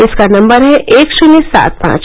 इसका नम्वर है एक शुन्य सात पांच